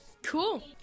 Cool